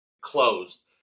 closed